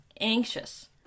anxious